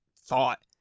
thought